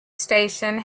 station